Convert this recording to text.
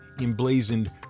emblazoned